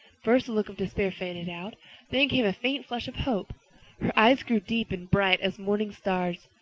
first the look of despair faded out then came a faint flush of hope her eyes grew deep and bright as morning stars.